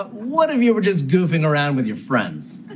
what if you were just goofing around with your friends?